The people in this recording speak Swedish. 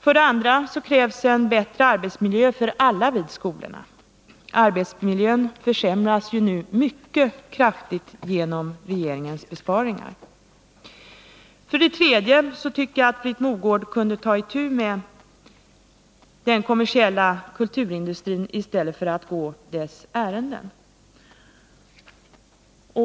För det andra måste vi skapa en bättre arbetsmiljö för alla vid skolorna. Arbetsmiljön kommer ju nu att försämras mycket kraftigt genom regeringens förslag till besparingar. För det tredje borde Britt Mogård kunna ta itu med den kommersiella kulturindustrin i stället för att gå dess ärenden.